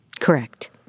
Correct